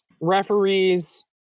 referees